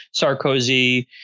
Sarkozy